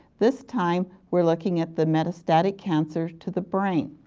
this time, we are looking at the metastatic cancer to the brain.